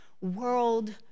world